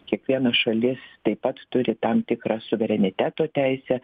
kiekviena šalis taip pat turi tam tikrą suvereniteto teisę